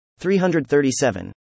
337